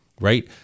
right